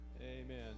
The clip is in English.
Amen